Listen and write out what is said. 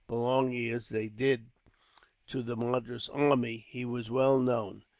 belonging as they did to the madras army, he was well known.